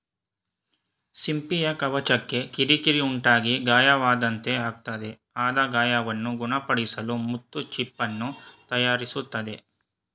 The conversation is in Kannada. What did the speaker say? ಸಿಂಪಿಯ ಕವಚಕ್ಕೆ ಕಿರಿಕಿರಿ ಉಂಟಾಗಿ ಗಾಯವಾದಂತೆ ಆಗ್ತದೆ ಆದ ಗಾಯವನ್ನು ಗುಣಪಡಿಸಲು ಮುತ್ತು ಚಿಪ್ಪನ್ನು ತಯಾರಿಸ್ತದೆ